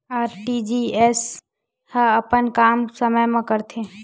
RTGS ह अपन काम समय मा करथे?